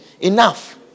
Enough